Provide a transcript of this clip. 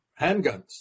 handguns